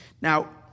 Now